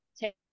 take